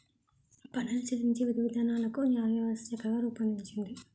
పన్నులు చెల్లించే విధివిధానాలను న్యాయవ్యవస్థ చక్కగా రూపొందించింది